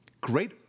great